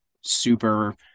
super